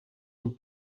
een